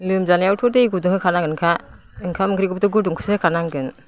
लोमजानायावथ' दै गुदुं होखानांखागोन खा ओंखाम ओंख्रिखौबोथ' गुदुंखौसो होखानांगोन